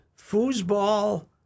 foosball